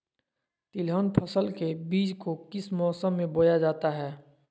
तिलहन फसल के बीज को किस मौसम में बोया जाता है?